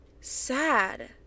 sad